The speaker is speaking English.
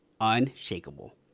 unshakable